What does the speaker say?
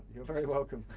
you're very welcome.